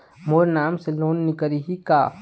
मोर नाम से लोन निकारिही का?